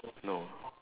no